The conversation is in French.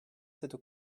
cette